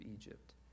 Egypt